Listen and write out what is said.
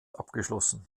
abgeschlossen